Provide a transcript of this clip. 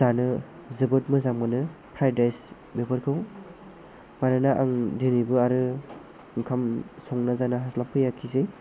जानो जोबोद मोजां मोनो फ्राइड राइस बेफोरखौ मानोना आं दिनैबो आरो ओंखाम संना जानो हास्लाब फैयाखिसै